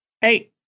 Hey